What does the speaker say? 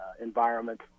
environment